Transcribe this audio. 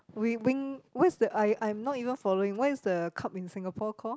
we win what's the I I'm not even following what is the cup in Singapore called